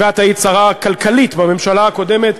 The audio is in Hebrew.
ואת היית שרה כלכלית בממשלה הקודמת,